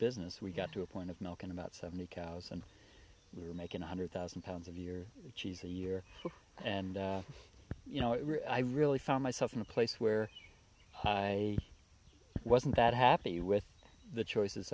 business we got to a point of milk and about seventy cows and we were making one hundred thousand pounds of your cheese a year and you know i really found myself in a place where i wasn't that happy with the choices